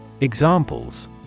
Examples